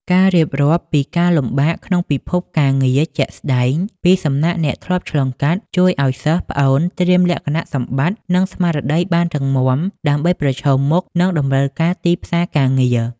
ការរៀបរាប់ពីការលំបាកក្នុងពិភពការងារជាក់ស្ដែងពីសំណាក់អ្នកធ្លាប់ឆ្លងកាត់ ជួយឱ្យសិស្សប្អូនត្រៀមលក្ខណៈសម្បត្តិ និងស្មារតីបានរឹងមាំ ដើម្បីប្រឈមមុខនឹងតម្រូវការទីផ្សារការងារ។